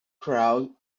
crowd